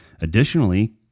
Additionally